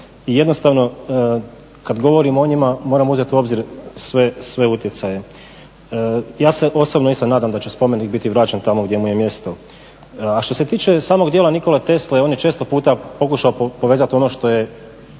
i jednostavno kada govorimo o njima moramo uzeti u obzir sve utjecaje. Ja se osobno isto nadam da će spomenik biti vraćen tamo gdje mu je mjesto. A što se tiče samog djela Nikole Tesle, on je često puta pokušao povezati ono što je